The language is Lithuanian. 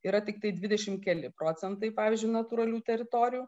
yra tiktai dvidešimt keli procentai pavyzdžiui natūralių teritorijų